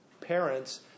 parents